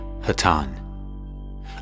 Hatan